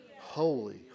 Holy